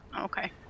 Okay